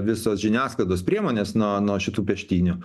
visos žiniasklaidos priemonės nuo nuo šitų peštynių